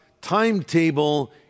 timetable